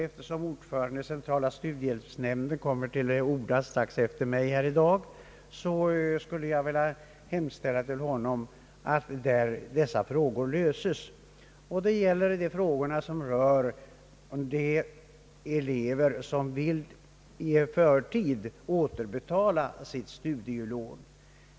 Eftersom ordföranden i centrala studiehjälpsnämnden kommer att ta till orda efter mig, hemställer jag till honom om att dessa frågor löses. Det gäller elever som i förtid vill återbetala sitt studielån.